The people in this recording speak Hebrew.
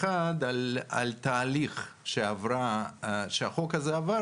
הראשון על התהליך שהחוק הזה עבר,